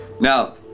Now